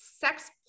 sex